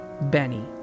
Benny